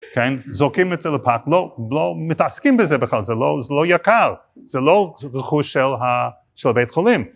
כן, זורקים את זה לפח, לא מתעסקים בזה בכלל, זה לא יקר, זה לא רכוש של הבית החולים.